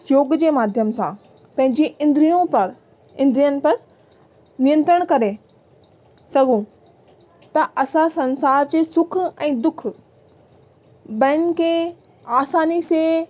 योग जे माध्यम सां पंहिंजी इंद्रियों पर इंद्रियन पर नितंत्रण करे सघूं त असां संसार जे सुख ऐं दुख ॿीन्हीनि खे आसानी से